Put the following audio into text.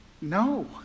No